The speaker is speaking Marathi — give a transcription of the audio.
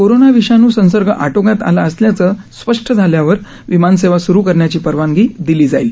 कोरोना विषाणू संसर्ग आटोक्यात आला असल्याचं स्पष्ट झाल्यावर विमान सेवा सुरू करण्याची परवानगी दिली जाईल